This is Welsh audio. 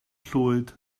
llwyd